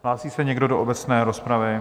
Hlásí se někdo do obecné rozpravy?